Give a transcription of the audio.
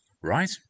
right